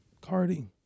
Cardi